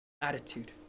attitude